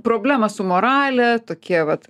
problemų su morale tokie vat